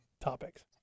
topics